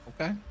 Okay